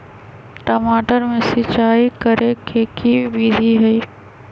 टमाटर में सिचाई करे के की विधि हई?